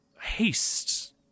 haste